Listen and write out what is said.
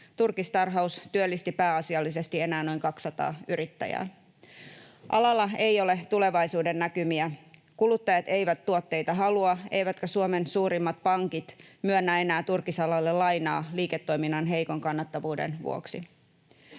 Turkistarhaus työllisti pääasiallisesti enää noin 200 yrittäjää. Alalla ei ole tulevaisuudennäkymiä. Kuluttajat eivät tuotteita halua, eivätkä Suomen suurimmat pankit myönnä enää turkisalalle lainaa liiketoiminnan heikon kannattavuuden vuoksi.